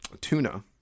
tuna